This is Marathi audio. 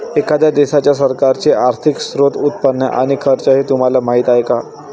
एखाद्या देशाच्या सरकारचे आर्थिक स्त्रोत, उत्पन्न आणि खर्च हे तुम्हाला माहीत आहे का